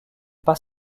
pas